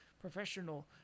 professional